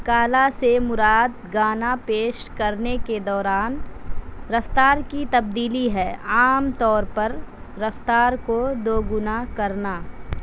کالا سے مراد گانا پیش کرنے کے دوران رفتار کی تبدیلی ہے عام طور پر رفتار کو دو گنا کرنا